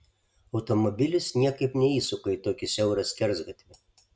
automobilis niekaip neįsuka į tokį siaurą skersgatvį